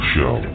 Show